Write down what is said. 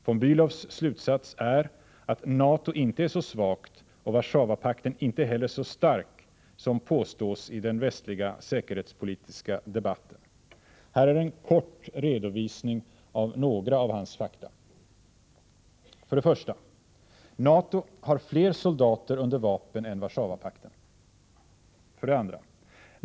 von Bälows slutsats är att NATO inte är så svagt och Warszawapakten inte heller så stark som påstås i den västliga säkerhetspolitiska debatten. Här följer en kort redovisning av några av hans fakta: 1. NATO har fler soldater under vapen än Warszawapakten. 2.